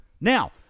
Now